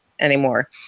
anymore